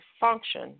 function